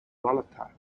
volatile